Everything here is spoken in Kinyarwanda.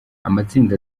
amatsinda